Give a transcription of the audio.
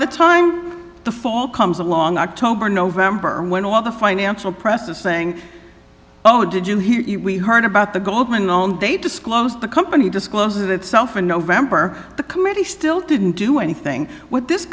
the time the fall comes along october november when all the financial press is saying oh did you hear we heard about the goldman won't they disclose the company disclose itself in november the committee still didn't do anything with this